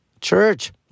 Church